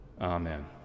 Amen